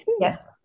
yes